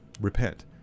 repent